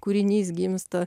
kūrinys gimsta